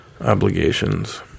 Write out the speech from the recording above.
obligations